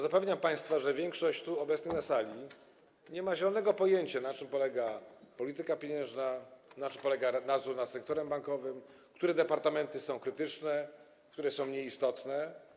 Zapewniam państwa, że większość obecnych na sali, nie ma zielonego pojęcia, na czym polega polityka pieniężna, nad czym polega nadzór nad sektorem bankowym, które departamenty są krytyczne, które są nieistotne.